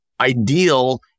ideal